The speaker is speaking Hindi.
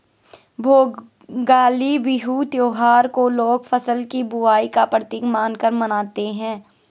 भोगाली बिहू त्योहार को लोग फ़सल की बुबाई का प्रतीक मानकर मानते हैं